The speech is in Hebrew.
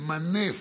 למנף,